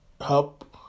help